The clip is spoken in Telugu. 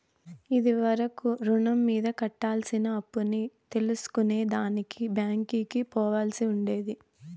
ఇది వరకు రుణం మీద కట్టాల్సిన అప్పుని తెల్సుకునే దానికి బ్యాంకికి పోవాల్సి ఉండేది